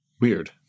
Weird